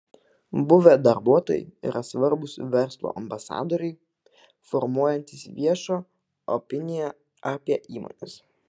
buvę darbuotojai yra svarbūs verslo ambasadoriai formuojantys viešą opiniją apie įmones